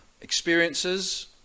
experiences